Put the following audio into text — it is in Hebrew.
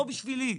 לא בשבילי,